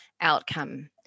outcome